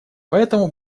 поэтому